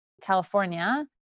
California